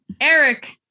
Eric